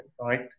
right